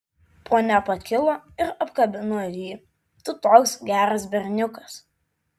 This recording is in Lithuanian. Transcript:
ponia pakilo ir apkabino jį tu toks geras berniukas